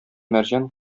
мәрҗән